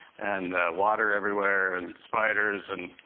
and water everywhere, and spiders. and